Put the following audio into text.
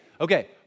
Okay